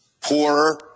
poorer